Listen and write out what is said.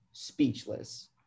speechless